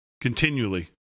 Continually